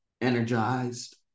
energized